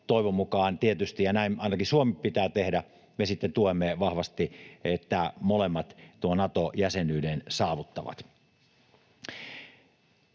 toivon mukaan tietysti, ja näin ainakin Suomen pitää tehdä, me sitten tuemme vahvasti, että molemmat tuon Nato-jäsenyyden saavuttavat.